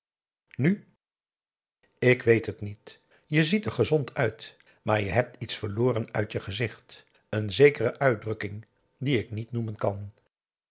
nu ik weet het niet je ziet er gezond uit maar je hebt iets verloren uit je gezicht n zekere uitdrukking die ik niet noemen kan